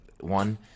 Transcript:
one